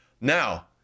Now